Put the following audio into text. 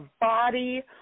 body